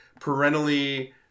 parentally